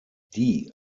die